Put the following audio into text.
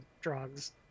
drugs